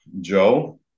Joe